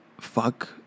fuck